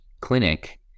Clinic